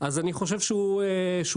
אז אני חושב שהוא טועה.